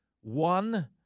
one